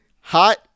hot